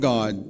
God